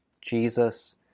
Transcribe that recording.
Jesus